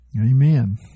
Amen